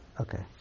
okay